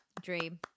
dream